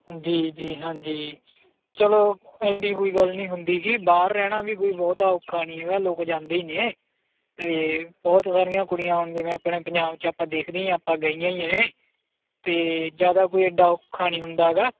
ਜੀ ਜੀ ਹਾਂਜੀ ਚਲੋ ਐਡੀ ਕੋਈ ਗੱਲ ਨਹੀਂ ਹੁੰਦੀ ਜੀ ਬਾਹਰ ਰਹਿਣਾ ਵੀ ਕੋਈ ਬਹੁਤਾ ਔਖਾ ਨਹੀਂ ਹੈਗਾ ਲੋਕ ਜਾਂਦੇ ਹੀ ਨੇ ਅਤੇ ਬਹੁਤ ਸਾਰੀਆਂ ਕੁੜੀਆਂ ਹੁਣ ਜਿਵੇਂ ਆਪਣੇ ਪੰਜਾਬ 'ਚ ਆਪਾਂ ਦੇਖਦੇ ਹਾਂ ਆਪਾਂ ਗਈਆਂ ਹੀ ਹੈ ਅਤੇ ਜ਼ਿਆਦਾ ਕੋਈ ਐਡਾ ਔਖਾ ਨਹੀਂ ਹੁੰਦਾ ਹੈਗਾ